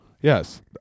Yes